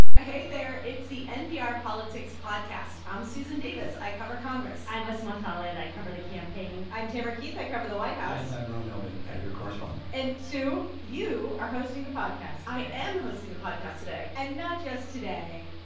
ah hey there. it's the npr politics podcast. i'm susan davis. i cover congress i'm asma khalid. i cover the campaign i'm tamara keith. i cover the white house and i'm ron elving, editor-correspondent and, sue, you are hosting the podcast today i am hosting the podcast today and not just today.